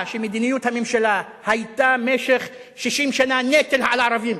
שמדיניות הממשלה היתה במשך 60 שנה נטל על הערבים,